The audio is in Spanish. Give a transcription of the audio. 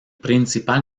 principal